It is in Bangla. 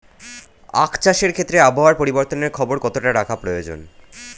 আখ চাষের ক্ষেত্রে আবহাওয়ার পরিবর্তনের খবর কতটা রাখা প্রয়োজন?